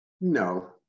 No